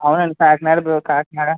అవునండి కాకినాడ కూ కాకినాడ